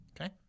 Okay